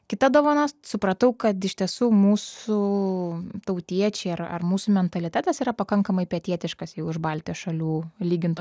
kita dovana supratau kad iš tiesų mūsų tautiečiai ar ar mūsų mentalitetas yra pakankamai pietietiškas baltijos šalių lygint